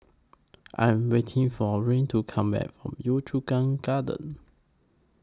I Am waiting For Rian to Come Back from Yio Chu Kang Gardens